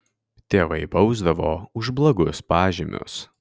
tėvai bausdavo už blogus pažymius